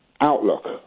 outlook